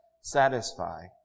satisfy